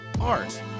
art